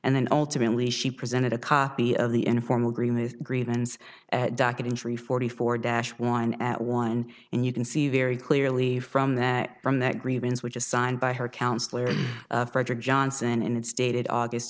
and then ultimately she presented a copy of the informal agreement agreements docket injury forty four dash one at one and you can see very clearly from there from that grievance which is signed by her counselor frederick johnson and it's dated august